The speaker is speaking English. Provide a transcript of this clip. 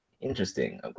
interesting